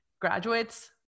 graduates